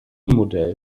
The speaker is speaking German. modell